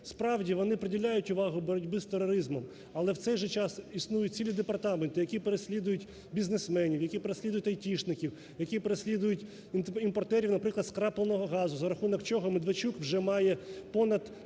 Справді, вони приділяють увагу боротьбі з тероризмом, але в цей же час існують цілі департаменти, які переслідують бізнесменів, які переслідують айтішників, які переслідують імпортерів, наприклад, скрапельного газу, за рахунок чого Медведчук вже має понад